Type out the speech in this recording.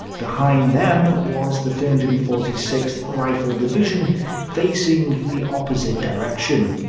behind them was the three hundred and forty sixth rifle division facing the opposite direction.